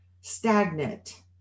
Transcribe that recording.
stagnant